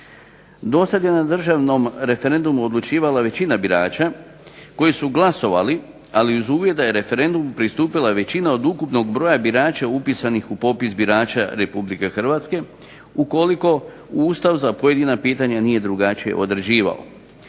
Do sada je na državnom referendumu odlučivala većina birača koji su glasovali ali iz uvjet da je referendumu pristupila većina od ukupnog broja birača upisanih u popis birača Republike Hrvatske ukoliko Ustav za pojedina pitanja nije drugačije određivao.